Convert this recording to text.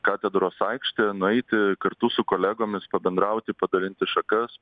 katedros aikštę nueiti kartu su kolegomis pabendrauti padalinti šakas